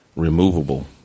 removable